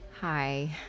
Hi